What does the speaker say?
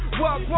walk